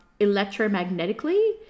electromagnetically